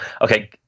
okay